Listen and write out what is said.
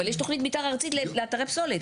אבל יש תוכנית מתאר ארצית לאתרי פסולת.